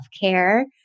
care